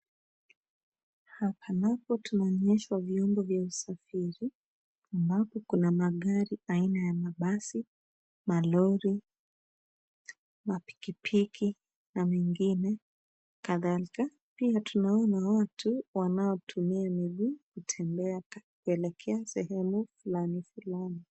Hapa napo tunaonyesha vyombo vya usafiri ambapo kuna magari aina ya mabasi, malori, mapikipiki na mengine kadhalika. Pia tunaona watu wanaotumia mguu kutembea kuelekea sehemu fulani fulani.